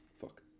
Fuck